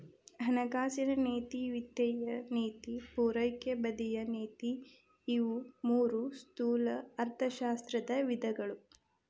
ಹಣಕಾಸಿನ ನೇತಿ ವಿತ್ತೇಯ ನೇತಿ ಪೂರೈಕೆ ಬದಿಯ ನೇತಿ ಇವು ಮೂರೂ ಸ್ಥೂಲ ಅರ್ಥಶಾಸ್ತ್ರದ ವಿಧಗಳು